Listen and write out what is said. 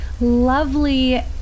lovely